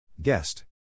Guest